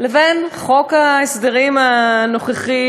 לבין חוק ההסדרים הנוכחי,